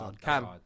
Cam